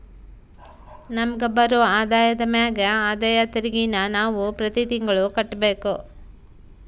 ನಮಿಗ್ ಬರೋ ಆದಾಯದ ಮ್ಯಾಗ ಆದಾಯ ತೆರಿಗೆನ ನಾವು ಪ್ರತಿ ತಿಂಗ್ಳು ಕಟ್ಬಕು